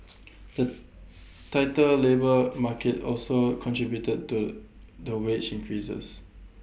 the tighter labour market also contributed to the wage increases